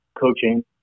coaching